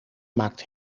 maakt